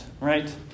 right